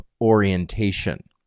orientation